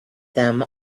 them